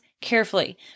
carefully